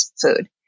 food